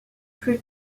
plus